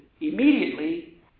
Immediately